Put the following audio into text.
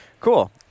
Cool